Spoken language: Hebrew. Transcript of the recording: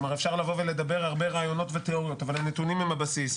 כלומר אפשר לבוא ולדבר הרבה רעיונות ותיאוריות אבל הנתונים הם הבסיס,